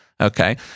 Okay